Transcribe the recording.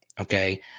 okay